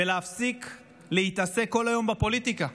ולהפסיק להתעסק כל היום בפוליטיקה.